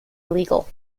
illegal